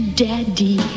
daddy